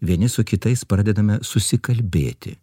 vieni su kitais pradedame susikalbėti